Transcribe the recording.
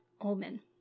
omen